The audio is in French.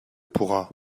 pourra